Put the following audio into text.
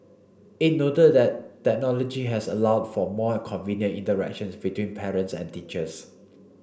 it noted that technology has allowed for more convenient interactions between parents and teachers